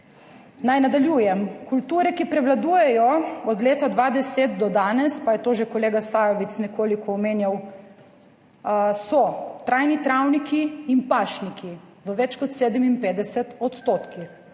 Naj nadaljujem. Kulture, ki prevladujejo od leta 2010 do danes, pa je to že kolega Sajovic nekoliko omenjal, so trajni travniki in pašniki v več kot 57 %.